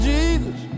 Jesus